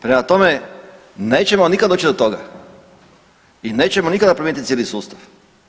Prema tome nećemo nikada doći do toga i nećemo nikada promijeniti cijeli sustav.